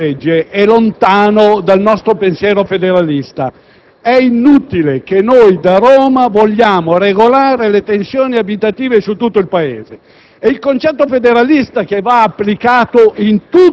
che il disegno di legge in esame è lontano dal nostro pensiero federalista. È inutile che da Roma si vogliono regolare le tensioni abitative su tutto il Paese.